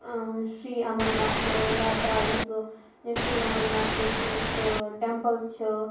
شرٛی امرناتھ یاترا یُسہٕ شرٛی امرناتھ یُس سُہ ٹٮ۪مپٕل چھِ